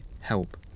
help